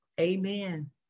Amen